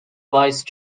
vice